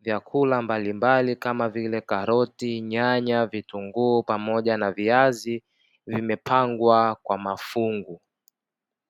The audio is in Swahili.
vyakula mbalimbali kama vile karoti ,nyanya, vitunguu pamoja na viazi vimepangwa kwa mafungu .